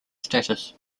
status